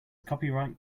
copyright